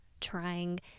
trying